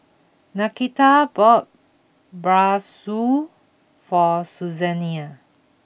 Nakita bought Bratwurst for Susanne